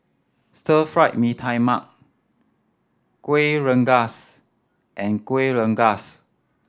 Stir Fried Mee Tai Mak Kuih Rengas and Kuih Rengas